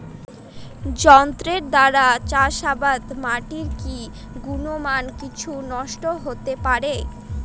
যন্ত্রের দ্বারা চাষাবাদে মাটির কি গুণমান কিছু নষ্ট হতে পারে?